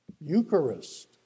Eucharist